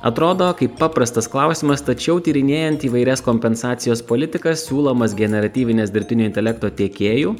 atrodo kaip paprastas klausimas tačiau tyrinėjant įvairias kompensacijos politikas siūlomas generatyvines dirbtinio intelekto tiekėjų